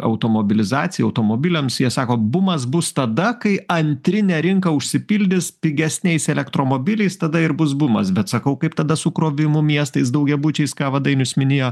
automobilizacijai automobiliams jie sako bumas bus tada kai antrinė rinka užsipildys pigesniais elektromobiliais tada ir bus bumas bet sakau kaip tada su krovimu miestais daugiabučiais ką va dainius minėjo